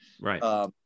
Right